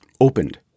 opened